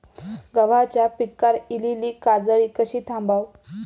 गव्हाच्या पिकार इलीली काजळी कशी थांबव?